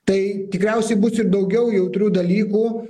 tai tikriausiai bus ir daugiau jautrių dalykų